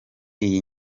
iyi